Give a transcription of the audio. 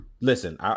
Listen